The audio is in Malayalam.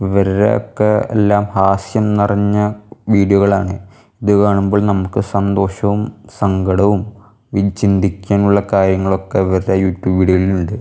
ഇവരുടെയൊക്കെ എല്ലാം ഹാസ്യം നിറഞ്ഞ വീഡിയോകളാണ് ഇതു കാണുമ്പോൾ നമുക്ക് സന്തോഷവും സങ്കടവും ഈ ചിന്തിക്കാനുള്ള കാര്യങ്ങളൊക്കെ ഇവരുടെ യൂട്യൂബ് വീഡിയോയിലുണ്ട്